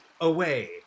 away